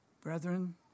Brethren